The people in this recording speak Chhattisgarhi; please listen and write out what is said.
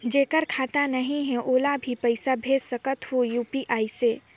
जेकर खाता नहीं है ओला भी पइसा भेज सकत हो यू.पी.आई से?